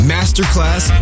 Masterclass